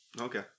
Okay